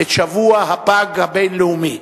את שבוע הפג הבין-לאומי.